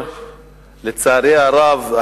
לצערי הרב,